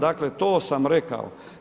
Dakle, to sam rekao.